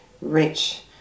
rich